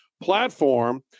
platform